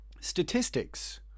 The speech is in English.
statistics